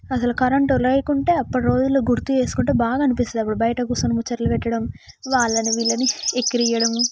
అసలు కరెంట్ లేకుంటే అప్పటి రోజులలోగుర్తు చేసుకుంటే బాగ అనిపిస్తుంది అప్పుడు బాగా బయట కూర్చొని ముచ్చట్లు పెట్టడం వాళ్ళని వీళ్ళని ఎక్కిరించడం